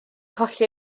colli